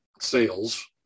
sales